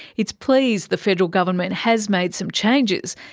it's pleased the federal government has made some changes,